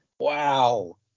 wow